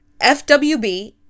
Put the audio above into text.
FWB